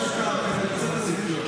אני באמת מכבד אותך בדרך כלל,